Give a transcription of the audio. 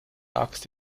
axt